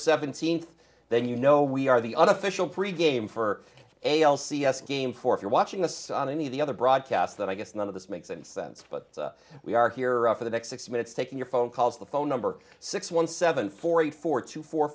seventeenth then you know we are the unofficial pre game for a l c s game for if you're watching us on any of the other broadcasts that i guess none of this makes any sense but we are here for the next six minutes taking your phone calls the phone number six one seven four eight four two four